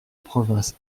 province